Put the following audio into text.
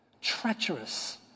treacherous